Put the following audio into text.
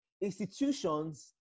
institutions